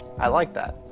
i like that.